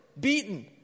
beaten